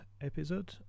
episode